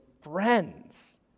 friends